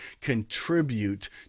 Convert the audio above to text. contribute